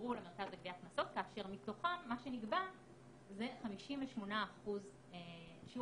הועברו למרכז לגביית קנסות כאשר מתוכם מה שנגבה זה 58%. שיעור